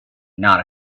not